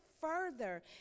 further